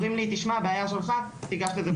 אומרים לי, תשמע, הבעיה שלך, תיגש למועדים אחרים.